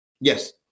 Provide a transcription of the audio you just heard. Yes